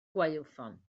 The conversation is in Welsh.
gwaywffon